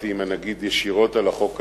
עם הנגיד ישירות על החוק הזה,